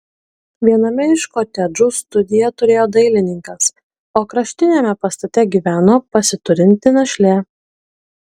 viename iš kotedžų studiją turėjo dailininkas o kraštiniame pastate gyveno pasiturinti našlė